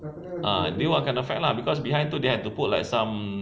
ah they won't akan affect lah because behind they have to put some